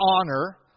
honor